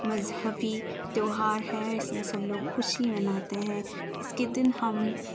مذہبی تیوہار ہے اس میں سب لوگ خوشی مناتے ہیں اس کے دن ہم